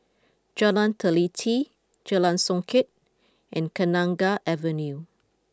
Jalan Teliti Jalan Songket and Kenanga Avenue